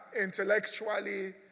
intellectually